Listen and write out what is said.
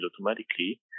automatically